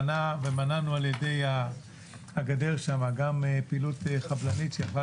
ומנענו על ידי הגדר שם גם פעילות חבלנית שיכלה